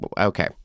Okay